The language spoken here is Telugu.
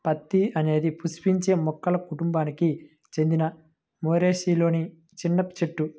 అత్తి అనేది పుష్పించే మొక్కల కుటుంబానికి చెందిన మోరేసిలోని చిన్న చెట్టు